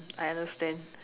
I understand